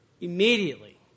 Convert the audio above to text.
immediately